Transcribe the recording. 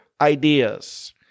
ideas